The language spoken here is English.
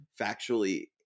factually